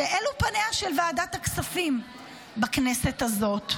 שאלו פניה של ועדת הכספים בכנסת הזאת.